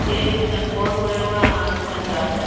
சரிங்க sir phone மூலிமா அனுப்புறேன் சார்